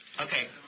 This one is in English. okay